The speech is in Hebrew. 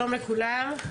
שלום לכולם,